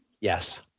Yes